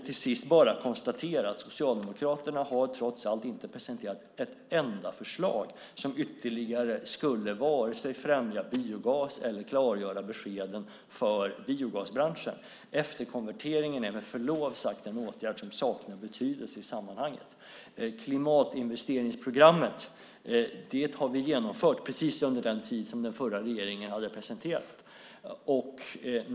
Jag konstaterar, till sist, att Socialdemokraterna trots allt inte har presenterat ett enda förslag som ytterligare skulle främja biogas eller klargöra beskeden för biogasbranschen. Efterkonverteringen är med förlov sagt en åtgärd som saknar betydelse i sammanhanget. Vi har genomfört klimatinvesteringsprogrammet, precis under den tid som den förra regeringen hade presenterat.